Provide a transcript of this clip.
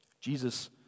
Jesus